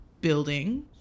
building